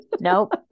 Nope